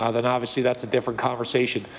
ah then obviously that's a different conversation.